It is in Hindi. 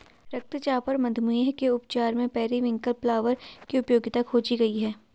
रक्तचाप और मधुमेह के उपचार में पेरीविंकल फ्लावर की उपयोगिता खोजी गई है